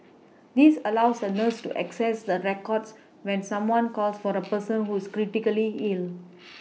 this allows the nurses to access the records when someone calls for the person who is critically ill